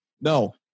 no